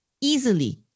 easily